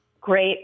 Great